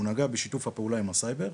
הוא נגע בשיתוף הפעולה עם הסייבר.